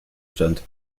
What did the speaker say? stand